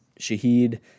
Shahid